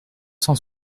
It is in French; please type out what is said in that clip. cent